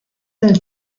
del